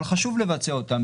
אבל חשוב לבצע אותן.